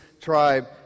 Tribe